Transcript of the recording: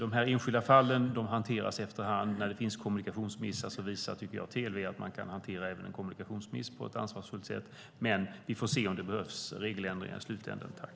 Dessa enskilda fall hanteras efterhand. När det finns kommunikationsmissar visar TLV att man kan hantera även sådana på ett ansvarsfullt sätt. Men vi får se om det i slutändan behövs regeländringar.